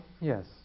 Yes